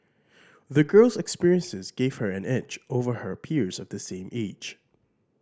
the girl's experiences gave her an edge over her peers of the same age